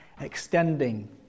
extending